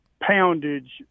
poundage